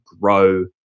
grow